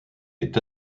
est